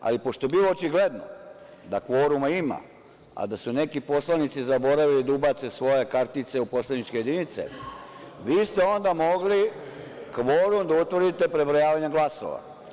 Ali pošto je bilo očigledno da kvoruma ima, a da su neki poslanici zaboravili da ubace svoje kartice u poslaničke jedinice, vi ste onda mogli kvorum da utvrdite prebrojavanjem glasova.